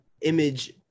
image